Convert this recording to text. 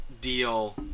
deal